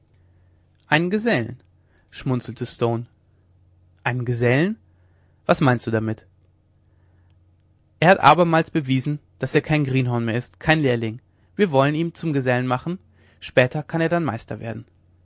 einen gesellen schmunzelte stone einen gesellen was meinst du damit er hat abermals bewiesen daß er kein greenhorn mehr ist kein lehrling wir wollen ihn zum gesellen machen später kann er dann meister werden